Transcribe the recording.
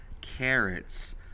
carrots